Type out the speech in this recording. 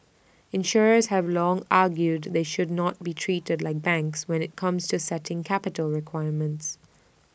insurers have long argued they should not be treated like banks when IT comes to setting capital requirements